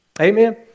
Amen